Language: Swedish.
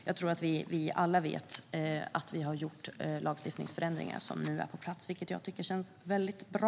Jag tror att vi alla vet att det har gjorts lagstiftningsförändringar som nu är på plats, vilket jag tycker känns väldigt bra.